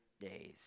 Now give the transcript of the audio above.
days